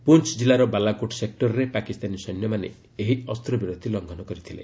ପୁଞ୍ ଜିଲ୍ଲାର ବାଲାକୋଟ ସେକ୍ରରେ ପାକିସ୍ତାନୀ ସୈନ୍ୟମାନେ ଏହି ଅସ୍ତ୍ର ବିରତି ଲଂଘନ କରିଥିଲେ